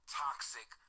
toxic